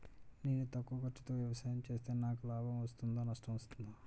నేను తక్కువ ఖర్చుతో వ్యవసాయం చేస్తే నాకు లాభం వస్తుందా నష్టం వస్తుందా?